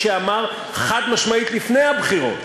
האיש שאמר חד-משמעית לפני הבחירות